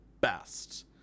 best